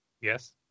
yes